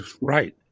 Right